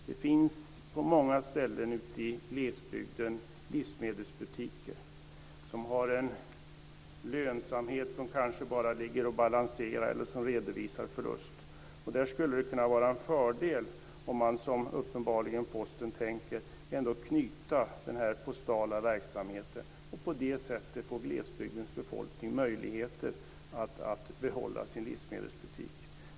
Det finns på många ställen ute i glesbygden livsmedelsbutiker som har en lönsamhet som kanske bara ligger och balanserar eller som redovisar förlust. Där skulle det vara en fördel om man, som Posten uppenbarligen tänker göra, knöt den postala verksamheten. På det sättet skulle glesbygdens befolkning få möjligheter att behålla sin livsmedelsbutik.